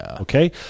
Okay